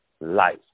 life